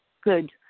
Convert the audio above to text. good